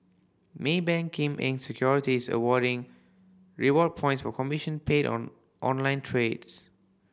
Maybank Kim Eng Securities awarding reward points of commission paid on online trades